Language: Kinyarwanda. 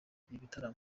bitaramo